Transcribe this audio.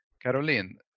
Caroline